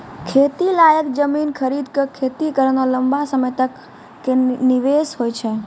खेती लायक जमीन खरीदी कॅ खेती करना लंबा समय तक कॅ निवेश होय छै